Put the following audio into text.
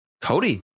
Cody